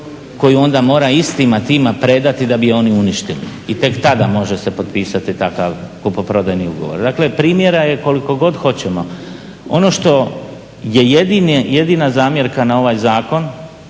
koju onda mora istima tima predati da bi je oni uništili i tek tada može se potpisati takav kupoprodajni ugovor. Dakle, primjera je koliko god hoćemo. Ono što je jedina zamjerka na ovaj zakon,